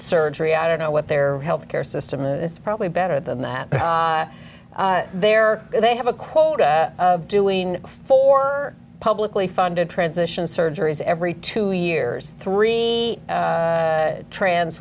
surgery i don't know what their health care system is probably better than that there they have a quota doing for publicly funded transitions surgeries every two years three trans